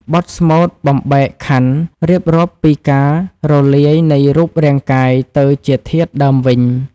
បទស្មូតបំបែកខន្ធ រៀបរាប់ពីការរលាយនៃរូបរាងកាយទៅជាធាតុដើមវិញ។